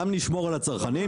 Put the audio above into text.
גם נשמור על הצרכנים,